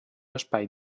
espai